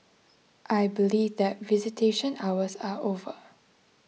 I believe that visitation hours are over